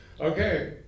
okay